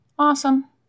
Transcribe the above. Awesome